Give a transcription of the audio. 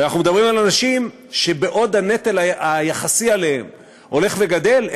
ואנחנו מדברים על אנשים שבעוד הנטל היחסי עליהם הולך וגדל,